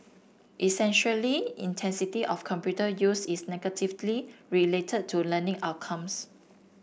essentially intensity of computer use is negatively related to learning outcomes